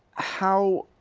how